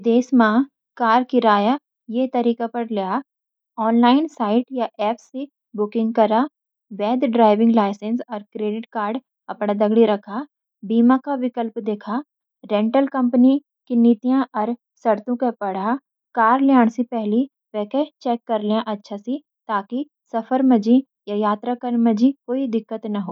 विदेश म कार किराए पर ये तरीका सी लया: ऑनलाइन साइट्स या ऐप्स से बुकिंग करा। वैध ड्राइविंग लाइसेंस और क्रेडिट कार्ड आपड़ी दगड़ी रखा। रेंटल कंपनी की नीतियां और शर्तें पढा। कार लेने से पहले वे चेक कर लया। ताकि सफर मंजी या यात्रा कन मंजी कोई दिक्कत नह हो।